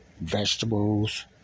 Vegetables